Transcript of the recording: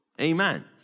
Amen